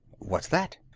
what's that?